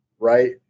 right